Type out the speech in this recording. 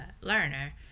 learner